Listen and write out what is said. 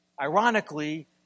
ironically